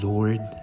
Lord